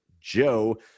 Joe